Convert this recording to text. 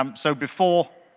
um so before